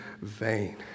vain